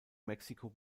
mexico